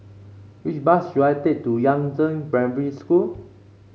which bus should I take to Yangzheng Primary School